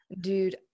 Dude